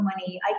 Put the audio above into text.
money